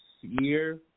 year